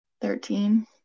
Thirteen